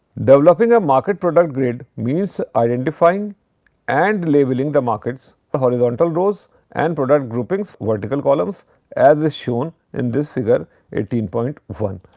developing a market product grid means identifying and labeling the markets on but horizontal rows and product groupings vertical columns as shown in this figure eighteen point one.